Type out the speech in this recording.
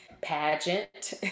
pageant